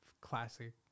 classic